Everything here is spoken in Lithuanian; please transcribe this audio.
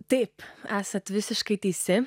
taip esat visiškai teisi